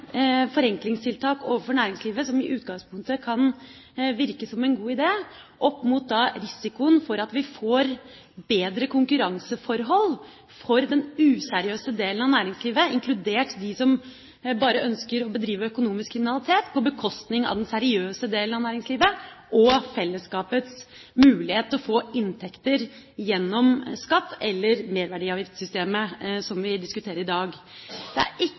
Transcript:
forenklingstiltak overfor næringslivet – som i utgangspunktet kan virke som en god idé – opp mot risikoen for at vi får bedre konkurranseforhold for den useriøse delen av næringslivet, inkludert dem som bare ønsker å bedrive økonomisk kriminalitet på bekostning av den seriøse delen av næringslivet og fellesskapets mulighet til å få inntekter gjennom skatt eller merverdiavgiftssystemet, som vi diskuterer i dag. Det er